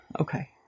Okay